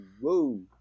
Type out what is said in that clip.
whoa